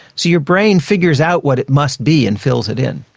so your brain figures out what it must be and fills it in.